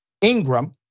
Ingram